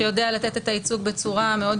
שיודע לתת את הייצוג שצורה מאוד